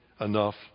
enough